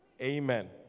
amen